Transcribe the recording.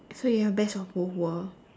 so you have best of both world